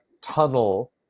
tunnel